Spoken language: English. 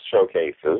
showcases